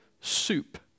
soup